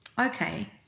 okay